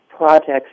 Projects